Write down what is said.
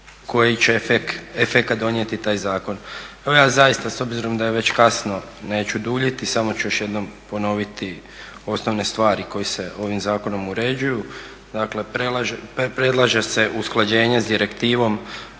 koji će efekt donijeti taj zakon. Evo ja zaista s obzirom da je već kasno neću duljiti, samo ću još jednom ponoviti osnovne stvari koje se ovim zakonom uređuju. Dakle, predlaže se usklađenje s direktivom